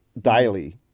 daily